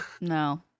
No